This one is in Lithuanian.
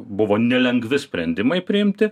buvo nelengvi sprendimai priimti